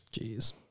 Jeez